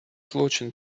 злочин